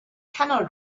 camel